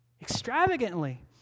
extravagantly